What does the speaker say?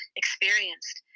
experienced